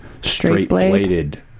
straight-bladed